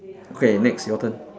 okay next your turn